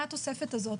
מה התוספת הזאת.